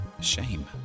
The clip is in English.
shame